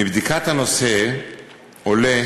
מבדיקת הנושא עולה